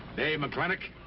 hey, mclintock.